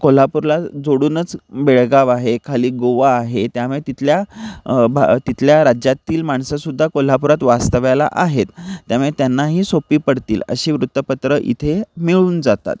कोल्हापूरला जोडूनच बेळगाव आहे खाली गोवा आहे त्यामुळे तिथल्या भा तिथल्या राज्यातील माणसंसुद्धा कोल्हापूरात वास्तव्याला आहेत त्यामुळे त्यांनाही सोपी पडतील अशी वृत्तपत्र इथे मिळून जातात